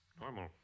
Normal